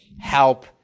help